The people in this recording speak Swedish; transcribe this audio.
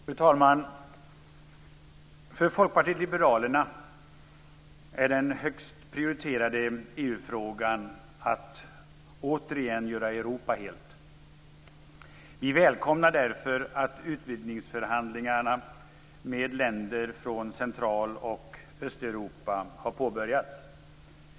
Fru talman! För Folkpartiet liberalerna är den högst prioriterade EU-frågan att återigen göra Europa helt. Vi välkomnar därför att utvidgningsförhandlingarna med länder från Central och Östeuropa har påbörjats.